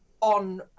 on